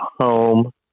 home